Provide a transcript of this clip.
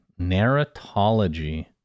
Narratology